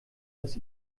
das